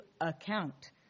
account